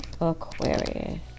Aquarius